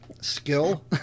skill